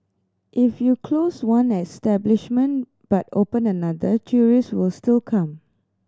if you close one establishment but open another tourists will still come